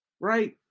right